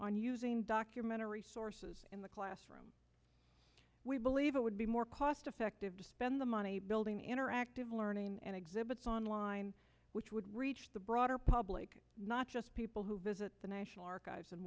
on using documentary sources in the classroom we believe it would be more cost effective to spend the money building interactive learning and exhibits online which would reach the broader public not just people who visit the national archives